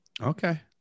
Okay